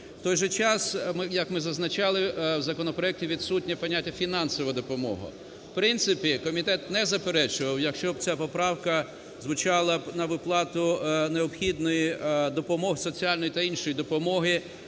В той же час, як ми зазначали, в законопроекті відсутнє поняття "фінансова допомога". В принципі, комітет не заперечував, якщо б ця поправка звучала б на виплату необхідних допомог – соціальної та іншої допомоги